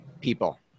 people